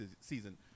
season